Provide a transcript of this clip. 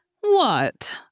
What